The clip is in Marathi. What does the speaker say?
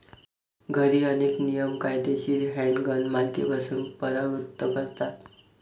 घरी, अनेक नियम कायदेशीर हँडगन मालकीपासून परावृत्त करतात